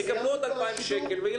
ננעלה